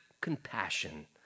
compassion